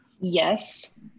Yes